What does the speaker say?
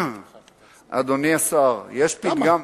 אדוני השר, יש פתגם,